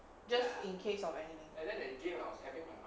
just in case of anything